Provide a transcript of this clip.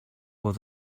was